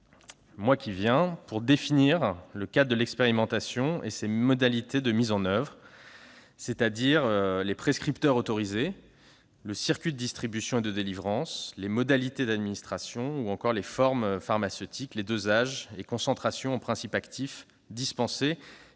juin prochain, pour définir le cadre de l'expérimentation et ses modalités de mise en oeuvre, c'est-à-dire les prescripteurs autorisés, le circuit de distribution et de délivrance, les modalités d'administration et les formes pharmaceutiques, les dosages et concentrations en principes actifs dispensés.